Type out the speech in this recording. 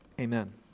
Amen